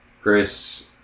Chris